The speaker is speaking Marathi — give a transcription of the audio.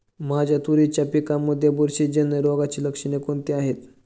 माझ्या तुरीच्या पिकामध्ये बुरशीजन्य रोगाची लक्षणे कोणती आहेत?